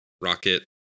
rocket